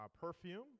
perfume